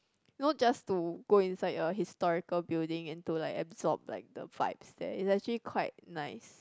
you know just to go inside a historical building into like absorb like the vibes there is actually quite nice